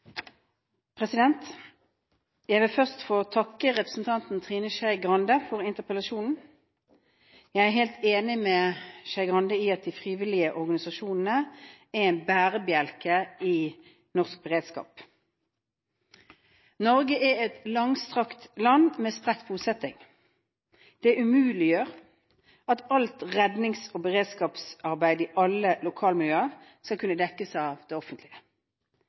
Jeg vil først få takke representanten Trine Skei Grande for interpellasjonen. Jeg er helt enig med Skei Grande i at de frivillige organisasjonene er en bærebjelke i norsk beredskap. Norge er et langstrakt land med spredt bosetting. Det umuliggjør at alt rednings- og beredskapsarbeid i alle lokalmiljøer skal kunne dekkes av det offentlige.